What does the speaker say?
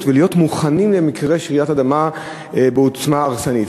ולהיות מוכנים למקרה של רעידת אדמה בעוצמה הרסנית.